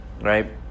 right